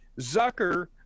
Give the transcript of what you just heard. Zucker